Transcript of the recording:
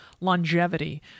longevity